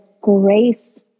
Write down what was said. grace